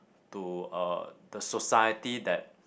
to uh the society that